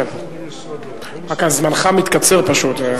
כן, רק זמנך מתקצר, פשוט.